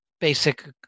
basic